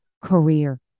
Career